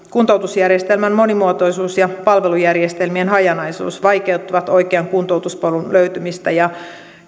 kuntoutusjärjestelmän monimuotoisuus ja palvelujärjestelmien hajanaisuus vaikeuttavat oikean kuntoutuspolun löytymistä ja